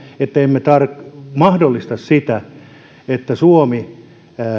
että emme mahdollista sitä että suomi